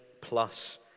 plus